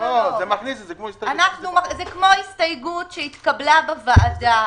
זה כמו הסתייגות שהתקבלה בוועדה,